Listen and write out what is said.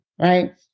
right